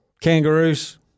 Kangaroos